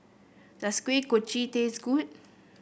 does Kuih Kochi taste good